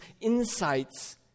insights